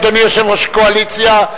אדוני יושב-ראש הקואליציה,